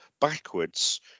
backwards